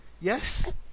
Yes